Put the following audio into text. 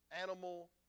animal